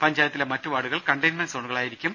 പഞ്ചായത്തിലെ മറ്റു വാർഡുകൾ കണ്ടെയ്ൻമെന്റ് സോണുകളായിരിക്കും